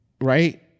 right